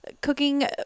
Cooking